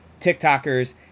TikTokers